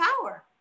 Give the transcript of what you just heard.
power